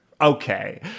Okay